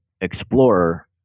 explorer